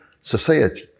society